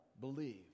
believe